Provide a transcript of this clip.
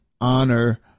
honor